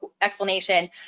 explanation